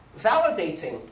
validating